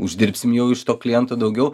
uždirbsim jau iš to kliento daugiau